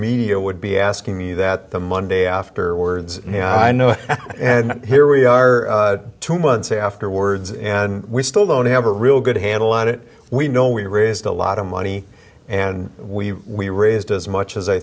media would be asking me that the monday afterwards i know and here we are two months afterwards and we still don't have a real good handle on it we know we raised a lot of money and we we raised as much as i